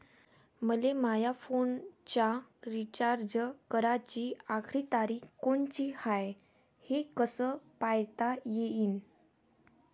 मले माया फोनचा रिचार्ज कराची आखरी तारीख कोनची हाय, हे कस पायता येईन?